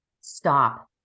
stop